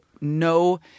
no